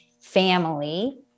family